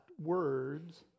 words